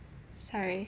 sorry